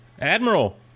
Admiral